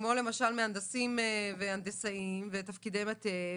כמו למשל מהנדסים והנדסאים ותפקידי מטה,